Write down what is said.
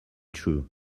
true